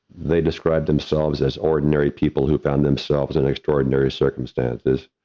they described themselves as ordinary people who found themselves in extraordinary circumstances.